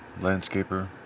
landscaper